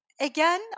again